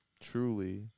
truly